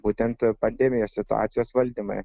būtent pandemijos situacijos valdymą